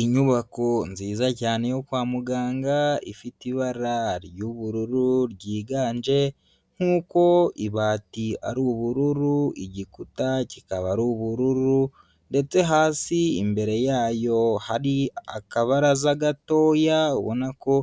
Inyubako nziza cyane yo kwa muganga, ifite ibara ry'ubururu ryiganje nk'uko ibati ari ubururu, igikuta kikaba ari ubururu ndetse hasi imbere yayo hari akabaraza gatoya, ubona ko